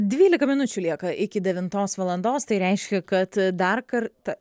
dvylika minučių lieka iki devintos valandos tai reiškia kad dar kartą